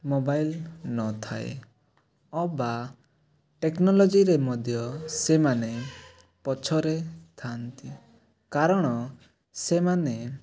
mobile ନଥାଏ ଅବା ଟେକ୍ନୋଲୋଜିରେ ମଧ୍ୟ ସେମାନେ ପଛରେ ଥାନ୍ତି କାରଣ ସେମାନେ